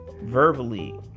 verbally